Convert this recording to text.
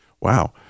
wow